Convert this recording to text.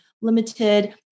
limited